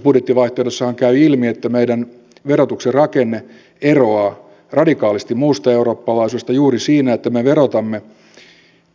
tuossa budjettivaihtoehdossahan käy ilmi että meidän verotuksen rakenne eroaa radikaalisti muusta eurooppalaisuudesta juuri siinä että me verotamme